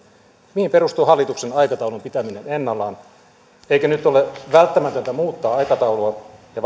mihin perustuu hallituksen aikataulun pitäminen ennallaan eikö nyt ole välttämätöntä muuttaa aikataulua ja